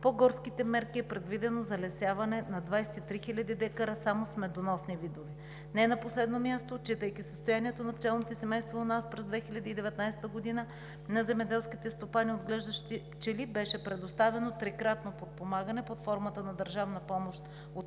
по горските мерки е предвидено залесяване на 23 000 декара само с медоносни видове. Не на последно място, отчитайки състоянието на пчелните семейства у нас през 2019 г., на земеделските стопани, отглеждащи пчели, беше предоставено трикратно подпомагане под формата на държавна помощ от